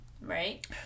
right